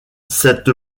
cette